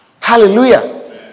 Hallelujah